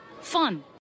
fun